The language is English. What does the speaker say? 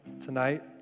tonight